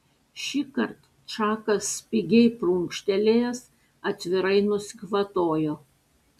šįkart čakas spigiai prunkštelėjęs atvirai nusikvatojo